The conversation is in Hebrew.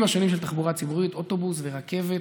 השונים של תחבורה ציבורית: אוטובוס ורכבת,